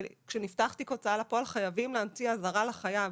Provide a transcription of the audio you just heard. כשנפתח תיק הוצאה לפועל חייבים להמציא אזהרה לחייב,